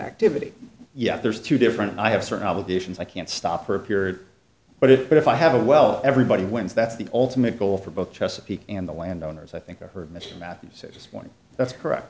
activity yet there's two different i have certain obligations i can't stop for a period but if but if i have a well everybody wins that's the ultimate goal for both chesapeake and the landowners i think i heard mr matthew says one that's correct